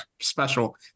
special